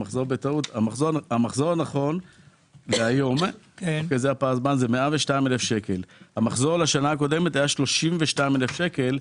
המחזור נכון להיום הוא 102,000 שקל ובשנה שעברה המחזור היה 32,000 שקל,